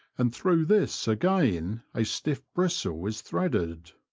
and through this again a stiff bristle is threaded.